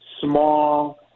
small